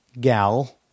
gal